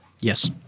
Yes